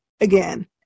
again